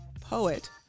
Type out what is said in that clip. Poet